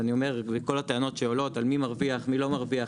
וכל הטענות שעולות מי מרוויח ומי לא מרוויח,